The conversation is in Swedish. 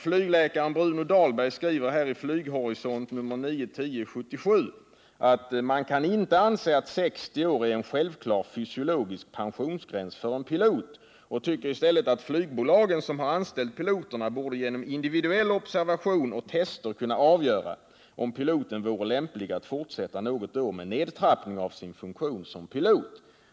Flygläkaren Bruno Dahlberg skriver i Flyghorisont nr 9-10 för år 1977 att man inte kan anse att 60 år är en självklar fysiologisk pensionsgräns för en pilot. Han tycker i stället att flygbolagen som har anställt piloterna borde genom individuell observation och tester kunna avgöra om piloten vore lämplig att fortsätta något år, med nedtrappning av sin funktion som pilot.